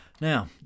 Now